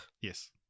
yes